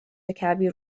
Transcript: کبیر